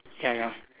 ya ya